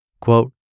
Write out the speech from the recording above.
Quote